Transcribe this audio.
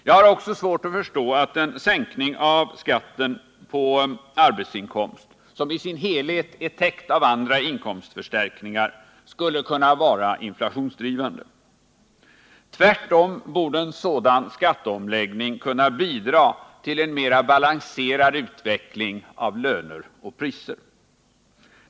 Jag har också svårt att förstå att en sänkning av skatten på arbetsinkomst, som i sin helhet är täckt av andra inkomstförstärkningar, skulle kunna vara inflationsdrivande. Tvärtom borde en sådan skatteomläggning kunna bidra till en mera balanserad utveckling av löner och priser.